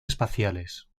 espaciales